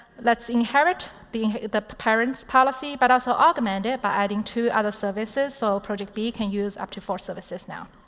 let's inherit the parents' policy, but also augment it by adding two other services so project b can use up to four services now.